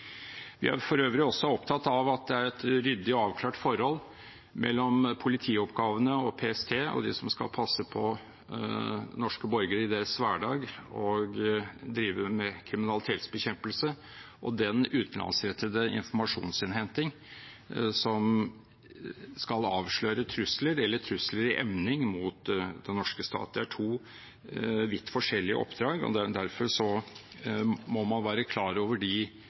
Vi er for øvrig også opptatt av at det er et ryddig og avklart forhold mellom politioppgavene og PST og de som skal passe på norske borgere i deres hverdag og drive med kriminalitetsbekjempelse, og den utenlandsrettede informasjonsinnhentingen som skal avsløre trusler eller trusler i emning mot den norske stat. Det er to vidt forskjellige oppdrag, derfor må man være klar over de